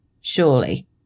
surely